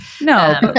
No